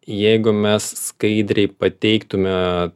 jeigu mes skaidriai pateiktume